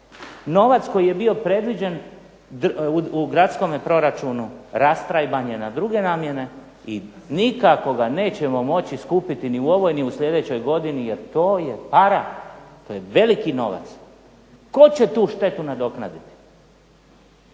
Novac koji je bio predviđen u gradskom proračunu rastrajban je na druge namjene i nikako ga nećemo moći skupiti ni u ovoj ni u slijedećoj godini jer to je para, to je veliki novac. Tko će tu štetu nadoknaditi?